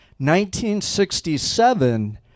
1967